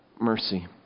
mercy